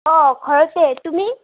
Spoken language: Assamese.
অঁ খৰতেই তুমি